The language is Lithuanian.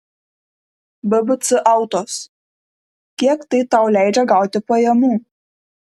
bbc autos kiek tai tau leidžia gauti pajamų